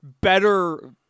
better